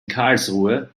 karlsruhe